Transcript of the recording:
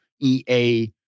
EA